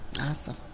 awesome